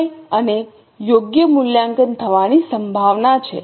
સમય અને યોગ્ય મૂલ્યાંકન થવાની સંભાવના છે